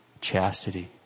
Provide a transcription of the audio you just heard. chastity